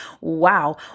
Wow